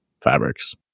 fabrics